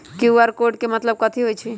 QR code के मतलब कथी होई?